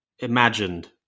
Imagined